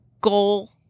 goal